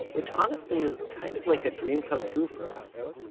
which, honestly, is kind of like a dream come true for us.